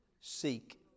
Seek